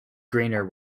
greener